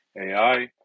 AI